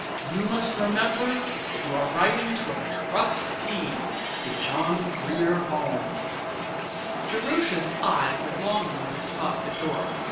you must remember that you are writing to a trustee of the john grier home jerusha's eyes longingly sought the door.